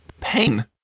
Pain